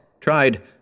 tried